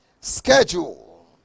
schedule